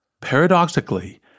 Paradoxically